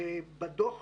בדוח